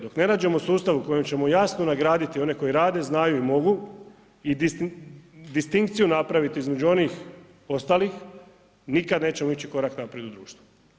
Dok ne nađeno sustav u kojem ćemo jasno nagraditi one koji rade, znaju i mogu i distinkciju napraviti između onih ostalih, nikad nećemo ići korak naprijed u društvu.